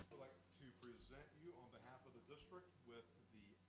like to present you on behalf of the district with the